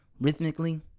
rhythmically